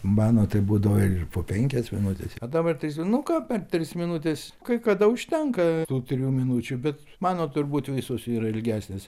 mano tai būdavo ir po penkias minutes o dabar tai nu ką per tris minutes kai kada užtenka tų trijų minučių bet mano turbūt visos yra ilgesnės